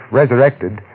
resurrected